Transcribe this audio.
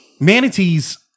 Manatees